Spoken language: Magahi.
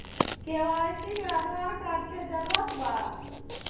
के.वाई.सी में आधार कार्ड के जरूरत बा?